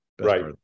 Right